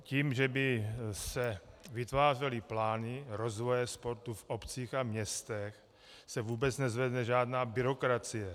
Tím, že by se vytvářely plány rozvoje sportu v obcích a městech, se vůbec nezvedne žádná byrokracie.